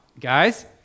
guys